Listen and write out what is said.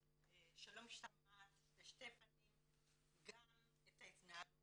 שלא משתמעת לשני פנים גם את ההתנהלות